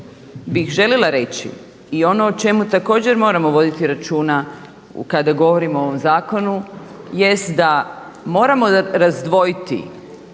bih željela reći i ono o čemu također moramo voditi računa kada govorimo o ovom zakonu jest da moramo razdvojiti